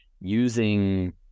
using